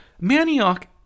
manioc